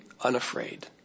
unafraid